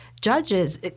judges